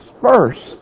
first